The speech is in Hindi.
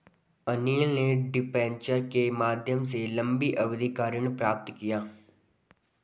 अनिल ने डिबेंचर के माध्यम से लंबी अवधि का ऋण प्राप्त किया